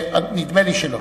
נדמה לי שלא.